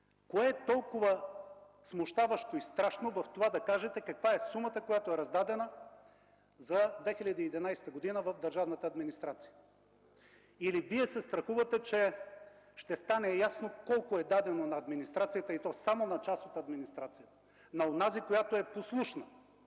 Кое е толкова смущаващо и страшно в това да кажете каква е сумата, раздадена за 2011 г. в държавната администрация? Или Вие се страхувате, че ще стане ясно колко е дадено на администрацията, и то само на част от нея – на онази, която е послушна,